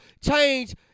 change